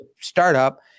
startup